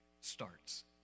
starts